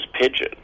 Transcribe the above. pigeon